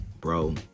bro